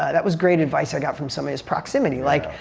that was great advice i got from somebody is proximity. like,